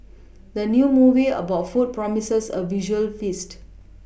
the new movie about food promises a visual feast